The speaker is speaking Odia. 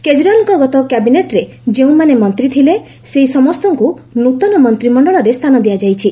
କେଜରିୱାଲଙ୍କ ଗତ କ୍ୟାବିନେଟ୍ରେ ଯେଉଁମାନେ ମନ୍ତ୍ରୀ ଥିଲେ ସେହି ସମସ୍ତଙ୍କୁ ନୂତନ ମନ୍ତ୍ରିମଣ୍ଡଳରେ ସ୍ଥାନ ଦିଆଯାଇଛି